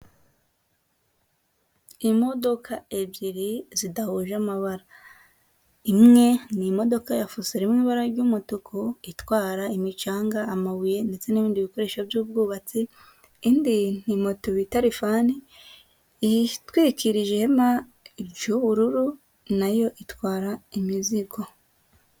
Imodoka ebyiri zidahuje amabara, imwe ni imodoka yafuso iri mu ibara ry'umutuku itwara imicanga amabuye ndetse n'bindi bikoresho by'ubwubatsi, Indi ni moto bita lifani itwikirije ihema y'bururu nayo itwara imizigo.